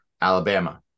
Alabama